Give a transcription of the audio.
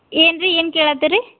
ಏನು ರೀ ಏನು ಕೇಳಾತಿರಿ